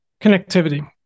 connectivity